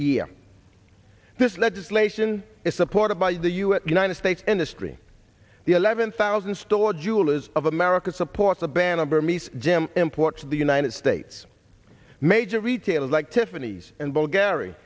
ear this legislation is supported by the u s united states and history the eleven thousand store jewelers of america supports a ban on burmese jim imports of the united states major retailers like tiffany's and bulgari